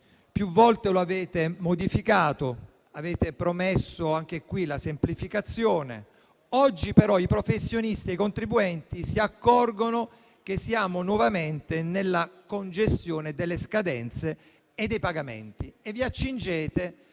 più volte lo avete modificato, promettendo, anche qui, la semplificazione. Oggi però i professionisti e i contribuenti si accorgono che siamo nuovamente nella congestione delle scadenze e dei pagamenti. Vi accingete